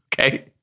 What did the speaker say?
okay